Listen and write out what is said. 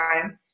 time